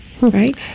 Right